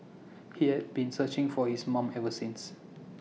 he has been searching for his mom ever since